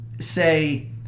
say